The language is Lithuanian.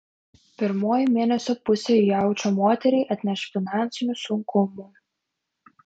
pirmoji mėnesio pusė jaučio moteriai atneš finansinių sunkumų